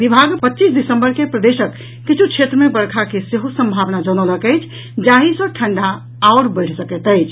विभाग पच्चीस दिसंबर के प्रदेशक किछ् क्षेत्र मे वर्षा के सेहो संभावना जनौलक अछि जाहि सॅ ठंडा आओर बढ़ि सकैत अछि